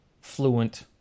fluent